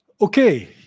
Okay